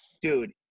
dude